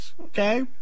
Okay